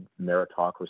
meritocracy